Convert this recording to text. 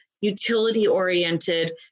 utility-oriented